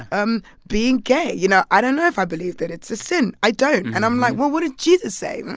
um being gay. you know, i don't know if i believe that it's a sin. i don't. and i'm like, well, what did jesus say? well,